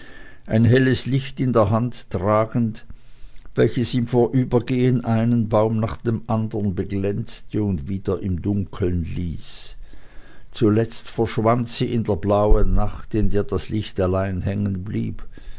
ein helles licht in der hand tragend welches im vorübereilen einen baum nach dem andern beglänzte und wieder im dunkeln ließ zuletzt verschwand sie in der blauen nacht in der das licht allein